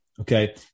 Okay